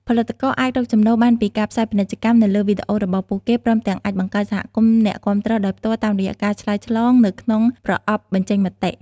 ផលិតករអាចរកចំណូលបានពីការផ្សាយពាណិជ្ជកម្មនៅលើវីដេអូរបស់ពួកគេ ព្រមទាំងអាចបង្កើតសហគមន៍អ្នកគាំទ្រដោយផ្ទាល់តាមរយៈការឆ្លើយឆ្លងនៅក្នុងប្រអប់បញ្ចេញមតិ។